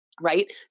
Right